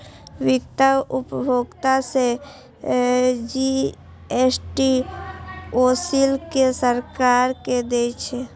बिक्रेता उपभोक्ता सं जी.एस.टी ओसूलि कें सरकार कें दै छै